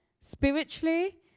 spiritually